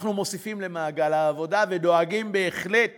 שאנחנו מוסיפים למעגל העבודה ודואגים בהחלט